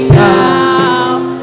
now